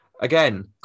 Again